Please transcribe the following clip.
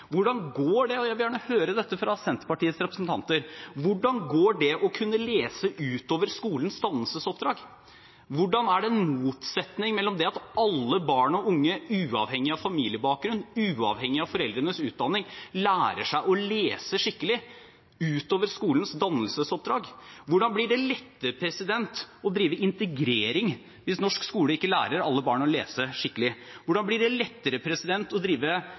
Hvordan går det å kunne lese – og jeg vil gjerne høre det fra Senterpartiets representanter – ut over skolens dannelsesoppdrag? Er det en motsetning mellom det at alle barn og unge, uavhengig av familiebakgrunn, uavhengig av foreldrenes utdanning, lærer seg å lese skikkelig, og skolens dannelsesoppdrag? Hvordan blir det lettere å drive integrering hvis norsk skole ikke lærer alle barn å lese skikkelig? Hvordan blir det lettere å drive